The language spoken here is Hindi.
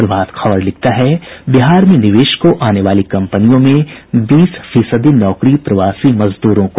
प्रभात खबर लिखता है बिहार में निवेश को आने वाली कम्पनियों में बीस फीसदी नौकरी प्रवासी मजदूरों को